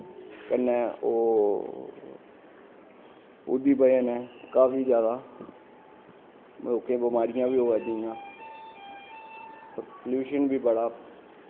कन्नै ओह् ओह्दी बजह नै काफी जैदा लोकें बमारियां बी अ'वा दियां ते पल्यूशन बी बड़ा